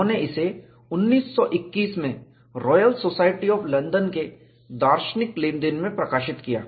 उन्होंने इसे 1921 में रॉयल सोसाइटी ऑफ लंदन के दार्शनिक लेनदेन में प्रकाशित किया